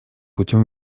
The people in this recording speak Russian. путем